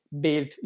built